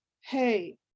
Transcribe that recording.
Hey